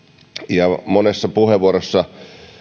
ja monessa puheenvuorossa